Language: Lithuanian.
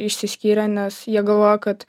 išsiskyrė nes jie galvojo kad